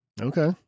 Okay